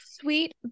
Sweet